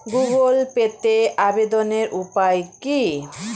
Google পেতে আবেদনের উপায় কি?